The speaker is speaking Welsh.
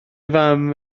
fam